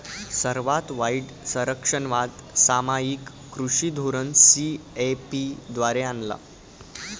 सर्वात वाईट संरक्षणवाद सामायिक कृषी धोरण सी.ए.पी द्वारे आला